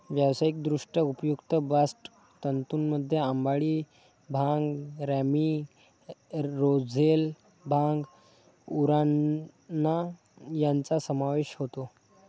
व्यावसायिकदृष्ट्या उपयुक्त बास्ट तंतूंमध्ये अंबाडी, भांग, रॅमी, रोझेल, भांग, उराणा यांचा समावेश होतो